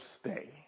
stay